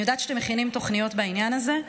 יודעת שאתם מכינים תוכניות בעניין הזה,